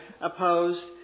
opposed